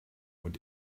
what